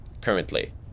currently